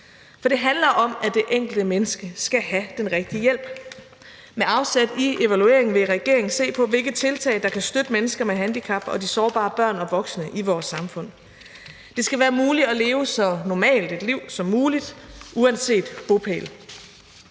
For det handler om, at det enkelte menneske skal have den rigtige hjælp. Med afsæt i evalueringen vil regeringen se på, hvilke tiltag der kan støtte mennesker med handicap og de sårbare børn og voksne i vores samfund. Det skal være muligt at leve så normalt et liv som muligt, uanset bopæl.